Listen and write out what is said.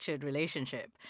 relationship